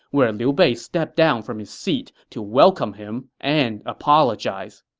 where liu bei stepped down from his seat to welcome him and apologize.